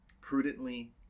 prudently